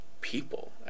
people